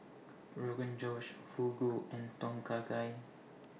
Rogan Josh Fugu and Tom Kha Gai